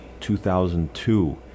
2002